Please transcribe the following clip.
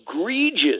egregious